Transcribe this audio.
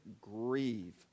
grieve